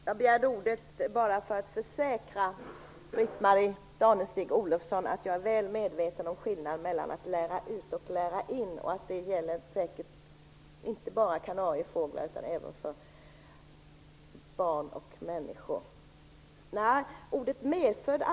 Herr talman! Jag begärde ordet bara för att försäkra Britt-Marie Danestig-Olofsson att jag är väl medveten om skillnaden mellan att lära ut och lära in. Det gäller säkert inte bara kanariefåglar utan även barn och andra människor.